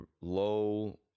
low